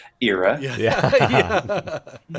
era